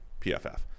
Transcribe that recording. PFF